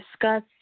discuss